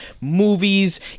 movies